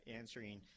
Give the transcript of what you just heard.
answering